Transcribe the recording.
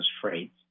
freight